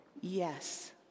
yes